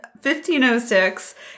1506